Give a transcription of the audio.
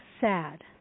sad